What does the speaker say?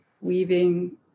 weaving